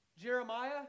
Jeremiah